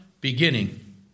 beginning